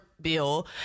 bill